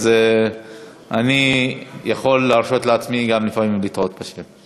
אז אני יכול להרשות לעצמי גם לפעמים לטעות בשם,